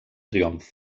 triomf